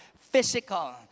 physical